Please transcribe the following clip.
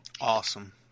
Awesome